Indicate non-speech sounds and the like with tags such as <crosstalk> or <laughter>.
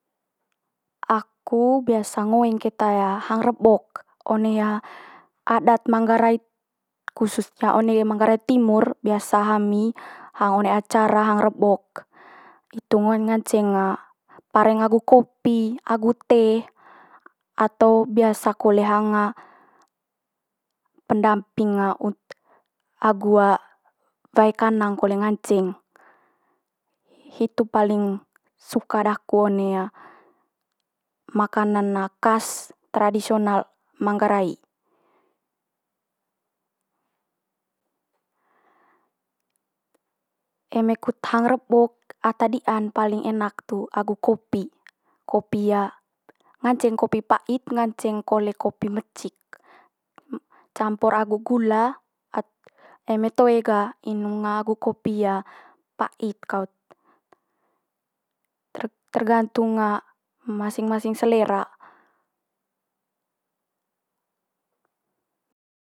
aku biasa ngoeng keta hang rebok one adat manggarai, khususnya one manggarai timur biasa hami hang one acara hang rebok. Itu ngoeng nganceng pareng agu kopi, agu teh atao biasa kole hang pendamping agu wae kanang kole nganceng. Hitu paling suka daku one makanan khas tradisional manggarai. eme kut hang rebok ata di'an paling enak tu agu kopi, kopi nganceng kopi pa'it, nganceng kole kopi mecik <unintelligible> campur agu gula <unintelligible> eme toe ga inung agu kopi pa'it kaut. Ter- tergantung masing masing selera.